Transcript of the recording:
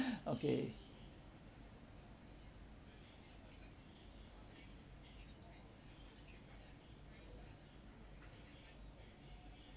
okay